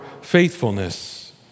faithfulness